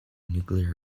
nuclear